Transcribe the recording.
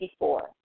1964